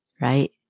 right